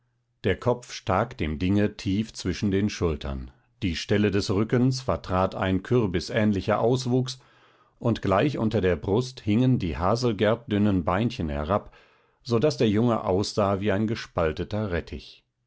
der kopf stak dem dinge tief zwischen den schultern die stelle des rückens vertrat ein kürbisähnlicher auswuchs und gleich unter der brust hingen die haselgertdünnen beinchen herab so daß der junge aussah wie ein gespalteter rettich